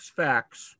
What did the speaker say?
facts